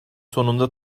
sonunda